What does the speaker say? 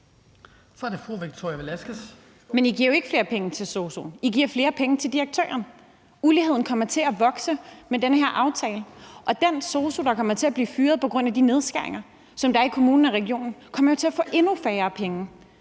Men I giver jo ikke flere penge til sosu'en; I giver flere penge til direktøren. Uligheden kommer til at vokse med den her aftale, og den sosu, der kommer til at blive fyret på grund af de nedskæringer, der er i kommunen og regionen, kommer jo til at få endnu færre penge.